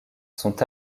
sont